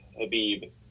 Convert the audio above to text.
Habib